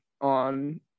On